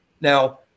now